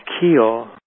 keel